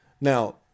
Now